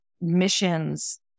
missions